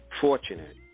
fortunate